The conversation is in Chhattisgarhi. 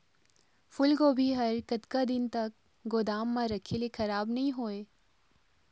फूलगोभी हर कतका दिन तक गोदाम म रखे ले खराब नई होय?